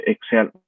Excel